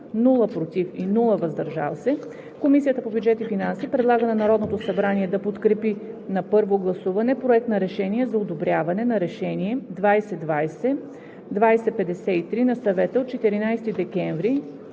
„против“ и „въздържал се“ Комисията по бюджет и финанси предлага на Народното събрание да подкрепи на първо гласуване Проект на решение за одобряване на Решение 2020/2053 на Съвета от 14 декември